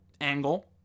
angle